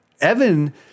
Evan